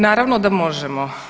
Naravno da možemo.